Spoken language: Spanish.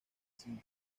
sin